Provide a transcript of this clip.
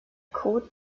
kot